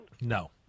No